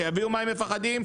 שיגידו מה הם מפחדים,